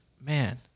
Man